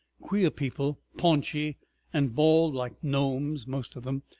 queer people paunchy and bald like gnomes, most of them.